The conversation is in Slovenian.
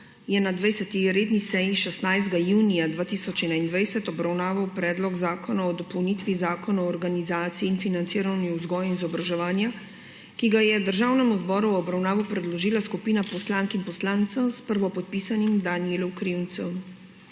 je na 20. redni seji 16. junija 2021 obravnaval Predlog zakona o dopolnitvi Zakona o organizaciji in financiranju vzgoje in izobraževanja, ki ga je Državnemu zboru v obravnavo predložila skupina poslank in poslancev s prvopodpisanim Danijelom Krivcem.